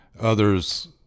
Others